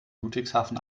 ludwigshafen